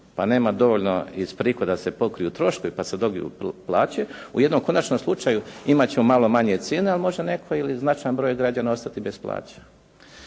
pa nema dovoljno iz prihoda da se pokriju troškovi pa se dobiju plaće, u jednom konačnom slučaju imati ćemo malo manje cijene, ali može netko ili značajan broj građana ostati bez plaće.